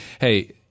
hey